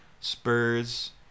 Spurs